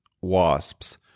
wasps